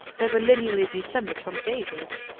they were lineally descended from david.